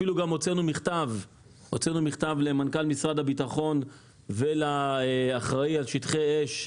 הוצאנו מכתב למנכ"ל משרד הביטחון ולאחראי על שטחי אש.